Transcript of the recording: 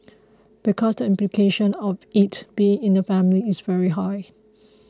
because the implication of it being in the family is very high